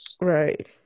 right